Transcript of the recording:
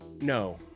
no